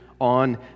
on